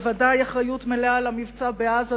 בוודאי אחריות מלאה על המבצע בעזה,